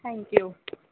thank you